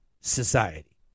society